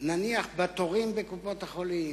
נניח בתורים בקופות-החולים,